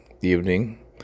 evening